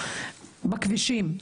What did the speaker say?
בכבישים.